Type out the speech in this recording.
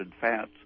fats